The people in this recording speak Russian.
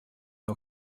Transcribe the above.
нам